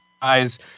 guys